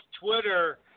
Twitter